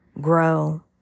grow